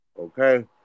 Okay